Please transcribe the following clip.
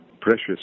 precious